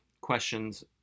Questions